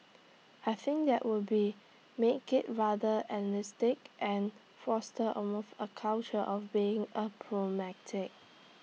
I think that would be make IT rather elitistic and foster almost A culture of being A pragmatic